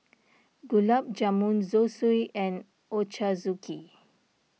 Gulab Jamun Zosui and Ochazuke